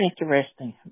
interesting